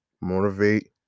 motivate